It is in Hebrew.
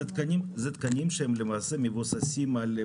זה תקנים שהם למעשה מבוססים על,